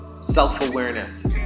self-awareness